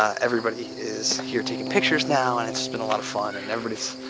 everybody is here taking pictures now, and it's been a lot of fun, and everybody's,